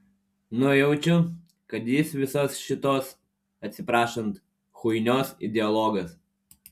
nujaučiu kad jis visos šitos atsiprašant chuinios ideologas